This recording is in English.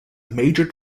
major